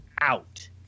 out